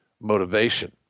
motivation